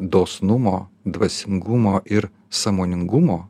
dosnumo dvasingumo ir sąmoningumo